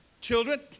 Children